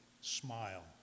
Smile